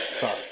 sorry